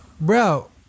Bro